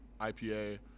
IPA